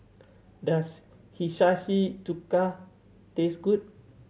does Hiyashi Chuka taste good